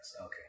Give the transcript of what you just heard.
okay